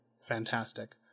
fantastic